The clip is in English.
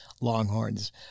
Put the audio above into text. Longhorns